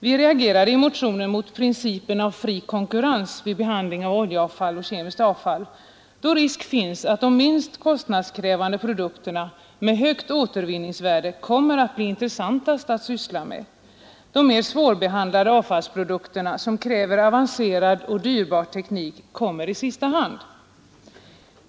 Vi reagerade i motionen mot principen om fri konkurrens vid behandlingen av oljeavfall och kemiskt avfall, då risk finns att de minst kostnadskrävande produkterna med högt återvinningsvärde kommer att bli intressantast att syssla med. De mer svårbehandlade avfallsprodukterna, som kräver avancerad och dyrbar teknik, kommer i sista hand.